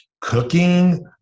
cooking